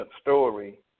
story